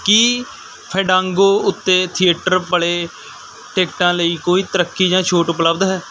ਕੀ Fandango ਉੱਤੇ theatre play ਟਿਕਟਾਂ ਲਈ ਕੋਈ ਤਰੱਕੀ ਜਾਂ ਛੋਟ ਉਪਲਬਧ ਹੈ